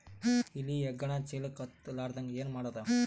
ಇಲಿ ಹೆಗ್ಗಣ ಚೀಲಕ್ಕ ಹತ್ತ ಲಾರದಂಗ ಏನ ಮಾಡದ?